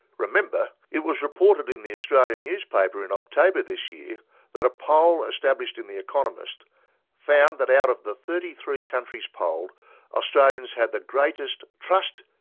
remember it was reported in the australian newspaper in october this year that a poll ah so published in the economist found that out of the thirty three countries polled australians had the greatest trust,